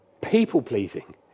People-pleasing